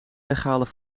weghalen